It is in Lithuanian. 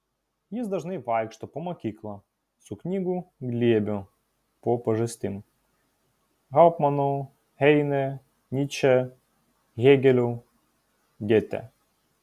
jis dažnai vaikšto po mokyklą su knygų glėbiu po pažastim hauptmanu heine nyče hėgeliu gėte